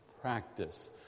Practice